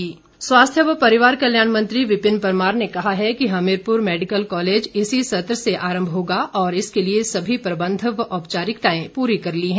विपिन परमार स्वास्थ्य व परिवार कल्याण मंत्री विपिन परमार ने कहा है कि हमीरपुर मैडिकल कॉलेज इसी सत्र से आरम्भ होगा और इसके लिए सभी प्रबंध व औपचारिकताएं पूरी कर ली हैं